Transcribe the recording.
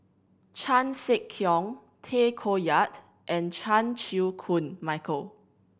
Chan Sek Keong Tay Koh Yat and Chan Chew Koon Michael